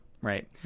Right